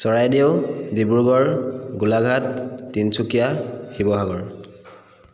Charaideo Dibrugarh Golaghat Tinsukia Sivasagar